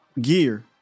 gear